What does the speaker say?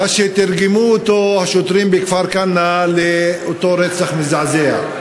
מה שתרגמו השוטרים בכפר-כנא לאותו רצח מזעזע.